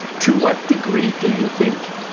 to what degree do you think.